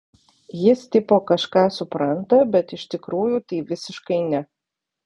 jis tipo kažką supranta bet iš tikrųjų tai visiškai ne